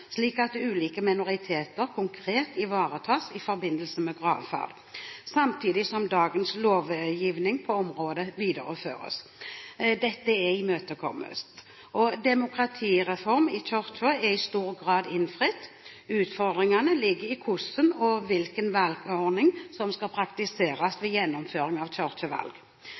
slik at ulike minoriteter konkret ivaretas i forbindelse med gravferd, samtidig som dagens lovgivning på området videreføres. Dette er imøtekommet. Demokratireform i Kirken er i stor grad innfridd. Utfordringene ligger i hvilken valgordning som skal praktiseres, og hvordan ordningen skal praktiseres, ved gjennomføring av